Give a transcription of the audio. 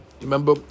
Remember